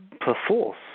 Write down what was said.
perforce